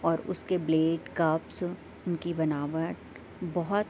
اور اس کے بلیٹ کپس ان کی بناوٹ بہت